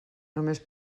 només